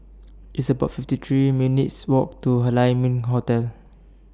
It's about fifty three minutes' Walk to Lai Ming Hotel